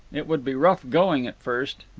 it would be rough going at first,